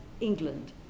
England